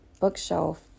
bookshelf